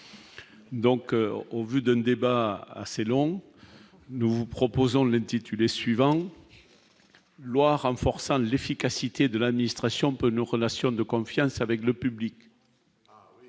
Donc, au vu d'un débat assez long, nous vous proposons l'intitulé suivant loi renforçant l'efficacité de l'administration peut nous relation de confiance avec le public,